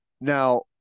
Now –